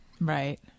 Right